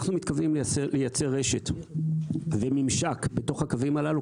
אנחנו מתכוונים לייצר רשת ומימשק בתוך הקווים הללו,